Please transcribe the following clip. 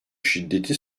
şiddeti